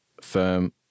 firm